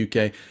UK